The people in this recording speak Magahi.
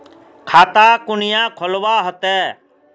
खाता कुनियाँ खोलवा होते?